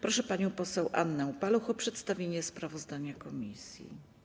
Proszę panią poseł Annę Paluch o przedstawienie sprawozdania komisji.